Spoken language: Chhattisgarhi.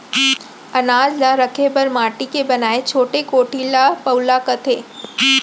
अनाज ल रखे बर माटी के बनाए छोटे कोठी ल पउला कथें